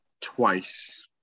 twice